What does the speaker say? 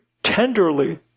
tenderly